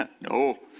No